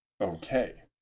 Okay